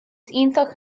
iontach